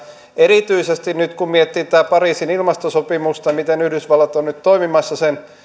erityisesti kun miettii tätä pariisin ilmastosopimusta ja miten yhdysvallat trumpin hallinto on nyt toimimassa sen